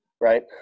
right